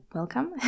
welcome